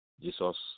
Jesus